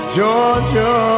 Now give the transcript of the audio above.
Georgia